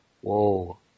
whoa